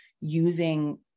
using